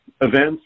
events